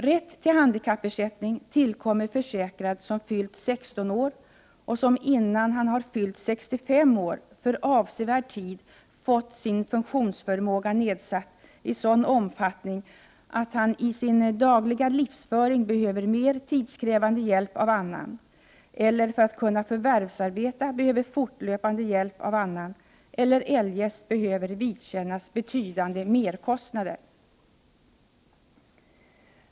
Rätt till handikappersättning tillkommer försäkrad som fyllt 16 år och som innan han fyllt 65 år för avsevärd tid fått sin funktionsförmåga nedsatt i sådan omfattning: —- atthanisin dagliga livsföring behöver mera tidskrävande hjälp av annan, = att han för att kunna förvärvsarbeta behöver fortlöpande hjälp av annan eller - att han eljest behöver vidkännas betydande merkostnader.